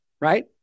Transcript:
right